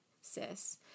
sis